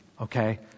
okay